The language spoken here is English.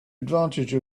advantage